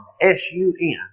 S-U-N